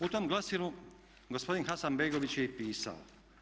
U tom glasilu gospodin Hasanbegović je i pisao.